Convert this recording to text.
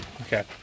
Okay